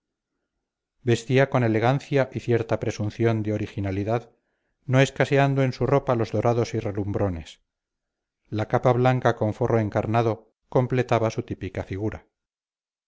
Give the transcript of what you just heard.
vestía con elegancia y cierta presunción de originalidad no escaseando en su ropa los dorados y relumbrones la capa blanca con forro encarnado completaba su típica figura